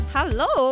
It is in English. Hello